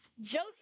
Joseph